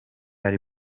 are